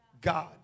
God